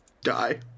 die